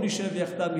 בואו נישב יחדיו,